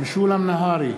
משולם נהרי,